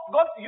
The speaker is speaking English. God